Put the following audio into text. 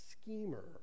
schemer